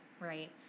right